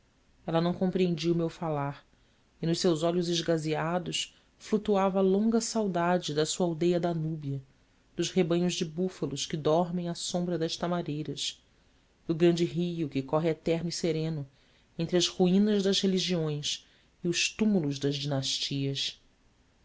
ela não compreendia o meu falar e nos seus olhos esgazeados flutuava a longa saudade da sua aldeia da núbia dos rebanhos de búfalos que dormem à sombra das tamareiras do grande rio que corre eterno e sereno entre as ruínas das religiões e os túmulos das dinastias